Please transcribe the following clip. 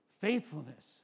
faithfulness